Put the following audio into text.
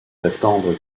d’attendre